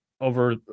over